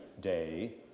day